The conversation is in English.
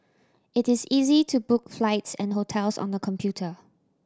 it is easy to book flights and hotels on the computer